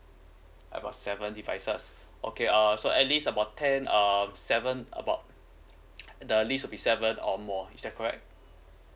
about seven devices okay err so at least about ten um seven about the least will be seven or more is that correct